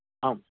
आम्